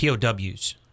POWs